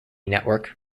network